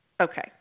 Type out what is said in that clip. Okay